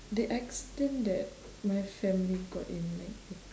the accident that my family got in like